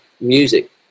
music